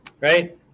right